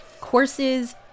courses